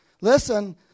Listen